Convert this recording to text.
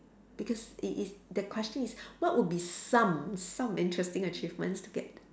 because it is the question is what would be some some interesting achievements to get